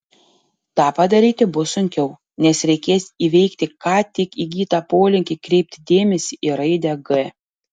tą padaryti bus sunkiau nes reikės įveikti ką tik įgytą polinkį kreipti dėmesį į raidę g